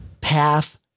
path